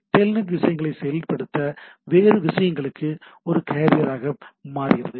Telnet விஷயங்களைச் செயல்படுத்த வெவ்வேறு விஷயங்களுக்கு ஒரு கேரியராக மாறுகிறது